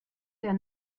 der